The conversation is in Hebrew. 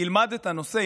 ילמד את הנושא,